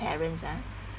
parents ah